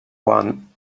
one